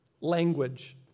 language